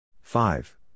five